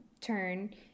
turn